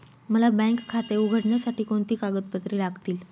मला बँक खाते उघडण्यासाठी कोणती कागदपत्रे लागतील?